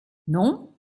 non